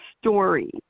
story